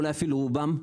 ואולי אפילו רובם,